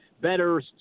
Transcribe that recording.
better